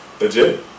legit